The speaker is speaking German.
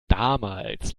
damals